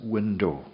Window